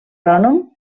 agrònom